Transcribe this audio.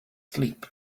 sleep